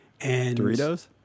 Doritos